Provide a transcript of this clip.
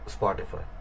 Spotify